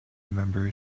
member